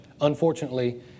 Unfortunately